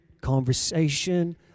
conversation